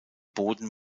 boden